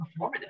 performative